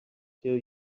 kill